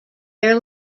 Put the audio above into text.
their